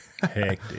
hectic